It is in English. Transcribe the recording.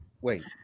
wait